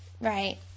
Right